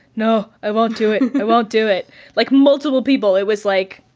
no, i won't do it. i won't do it like multiple people. it was like,